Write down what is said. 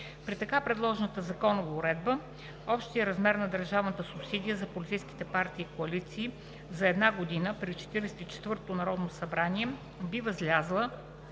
При така предложената законова уредба общият размер на държавната субсидия за политическите партии и коалиции за една година при Четиридесет и четвъртото народно събрание би възлязла